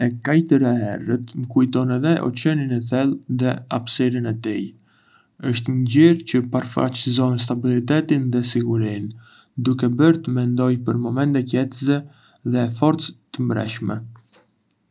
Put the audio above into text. E kaltër e errët më kujton oqeanin e thellë dhe hapësirën e tij. Është një ngjyrë çë përfaçëson stabilitetin dhe sigurinë, duke bërë të mendoj për momente qetësie dhe forcë të brendshme.